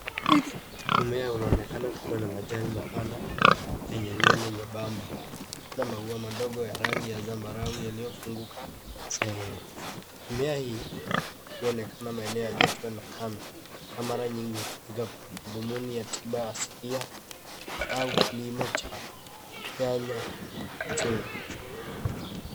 Mmea unaonekana kuwa na majani mapana yenye nywele nyembamba. Kuna maua madogo ya rangi ya zambarau yaliyofunguka sehemu. Mimea hii huonekana maeneo ya joto na kame na mara nyingi hutumika kwa madhumuni ya tiba asilia au kilimo cha nyanya chungu.